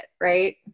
right